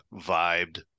vibed